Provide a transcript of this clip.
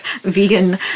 vegan